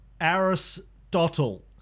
Aristotle